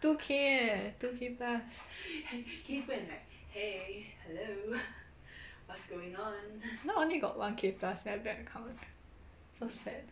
two K eh two K plus now I only got one K plus in my bank account so sad